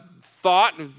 thought